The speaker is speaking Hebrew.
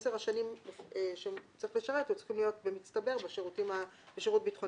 עשר השנים שהוא צריך לשרת צריכות להיות במצטבר בשירות ביטחוני